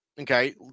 okay